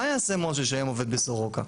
מה יעשה משה, שהיום עובד בסורוקה?